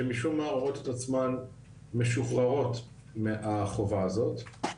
שמשום מה רואות את עצמן משוחררות מהחובה הזאת.